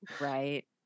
Right